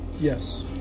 Yes